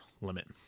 limit